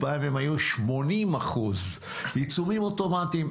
פעם הם היו 80% עיצומים אוטומטיים.